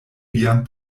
vian